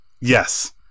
Yes